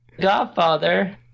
Godfather